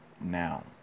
Now